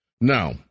Now